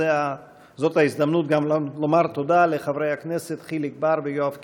זאת ההזדמנות גם לומר תודה לחברי הכנסת חיליק בר ויואב קיש,